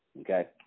Okay